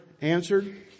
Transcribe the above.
answered